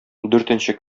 дүртенче